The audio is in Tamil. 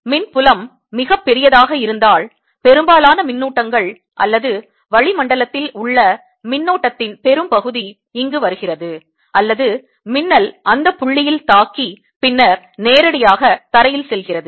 மின் புலம் மிகப் பெரியதாக இருந்தால் பெரும்பாலான மின்னூட்டங்கள் அல்லது வளிமண்டலத்தில் உள்ள மின்னோட்டத்தின் பெரும்பகுதி இங்கு வருகிறது அல்லது மின்னல் அந்த புள்ளியில் தாக்கி பின்னர் நேரடியாக தரையில் செல்கிறது